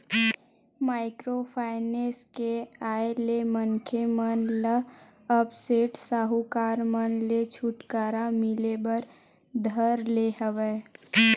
micro finance के आय ले मनखे मन ल अब सेठ साहूकार मन ले छूटकारा मिले बर धर ले हवय